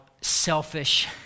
selfish